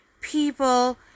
people